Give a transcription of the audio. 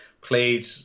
played